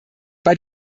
bei